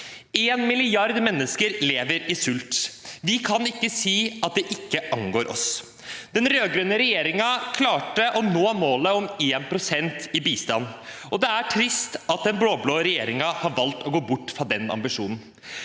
1 milliard mennesker lever i sult. Vi kan ikke si at det ikke angår oss. Den rød-grønne regjeringen klarte å nå målet om 1 pst. i bistand, og det er trist at den blå-blå regjeringen har valgt å gå bort fra den ambisjonen.